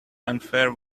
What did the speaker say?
unfair